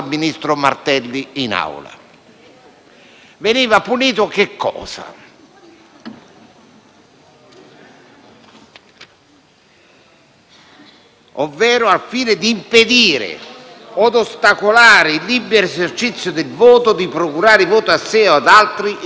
veniva punito? «(...) ovvero al fine di impedire od ostacolare il libero esercizio del voto o di procurare voti a sé o ad altri in occasione di consultazioni elettorali».